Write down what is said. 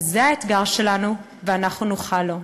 אז זה האתגר שלנו, ואנחנו נוכל לו.